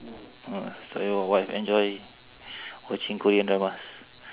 uh thought your wife enjoy watching korean dramas